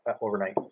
overnight